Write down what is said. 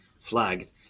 flagged